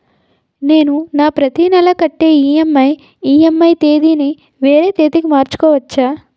నేను నా ప్రతి నెల కట్టే ఈ.ఎం.ఐ ఈ.ఎం.ఐ తేదీ ని వేరే తేదీ కి మార్చుకోవచ్చా?